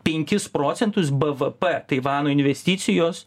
penkis procentus bvp taivano investicijos